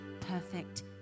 perfect